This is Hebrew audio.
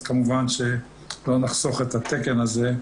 כמובן שלא נחסוך את התקן הזה,